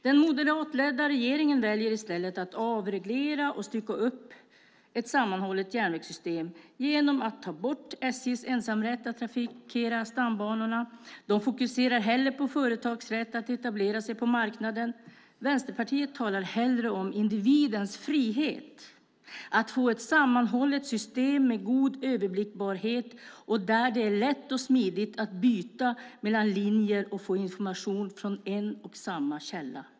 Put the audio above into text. Den moderatledda regeringen väljer i stället att avreglera och stycka upp ett sammanhållet järnvägssystem, genom att ta bort SJ:s ensamrätt att trafikera stambanorna. Man fokuserar hellre på företags rätt att etablera sig på marknaden. Vänsterpartiet talar hellre om individens frihet att få ett sammanhållet system med god överblickbarhet, där det är lätt och smidigt att byta mellan linjer och få information från en och samma källa.